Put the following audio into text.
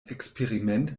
experiment